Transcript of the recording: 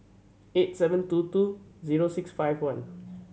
eight seven two two zero six five one